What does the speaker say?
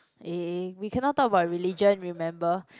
eh we cannot talk about religion remember